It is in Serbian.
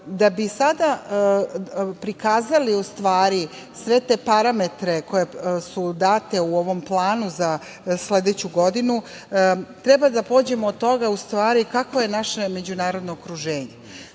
bi prikazali sve te parametre koji su dati u ovom planu za sledeću godinu, treba da pođemo od toga kako je naše međunarodno okruženje.